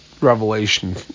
revelation